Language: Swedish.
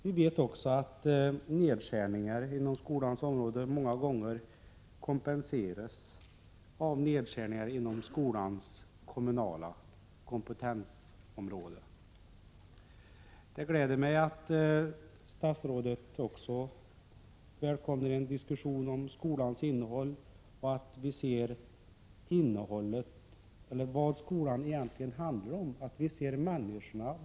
Vi vet att nedskärningar inom skolans område många gånger kompenseras av nedskärningar inom skolans kommunala kompetensområde. Det gläder mig att statsrådet också välkomnar en diskussion om skolans innehåll så att vi kan se vad skolan egentligen handlar om, nämligen människan.